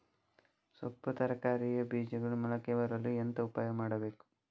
ಸೊಪ್ಪು ತರಕಾರಿಯ ಬೀಜಗಳು ಮೊಳಕೆ ಬರಲು ಎಂತ ಉಪಾಯ ಮಾಡಬೇಕು?